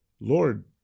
Lord